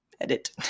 edit